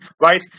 right